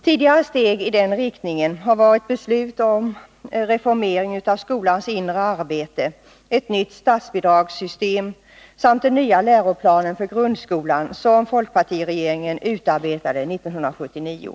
Tidigare steg i den riktningen har varit beslut om reformering av skolans inre arbete, ett nytt statsbidragssystem samt den nya läroplanen för grundskolan, som folkpartiregeringen utarbetade 1979.